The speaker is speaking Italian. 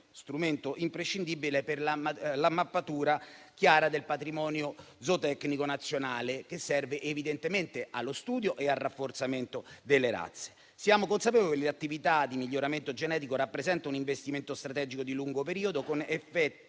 strumento imprescindibile per la mappatura chiara del patrimonio zootecnico nazionale, che serve evidentemente allo studio e al rafforzamento delle razze. Siamo consapevoli che l'attività di miglioramento genetico rappresenta un investimento strategico di lungo periodo, con effetti